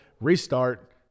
Restart